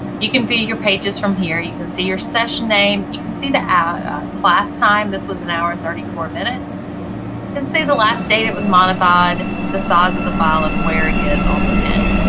you can view your pages from here you can see your session name, you can see the ah class time, this was an hour and thirty four minutes, you can see the last date it was modified, the size of the file, and where it is on the pen.